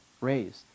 raised